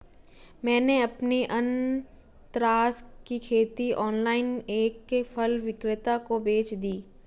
मैंने अपनी अनन्नास की खेती ऑनलाइन एक फल विक्रेता को बेच दी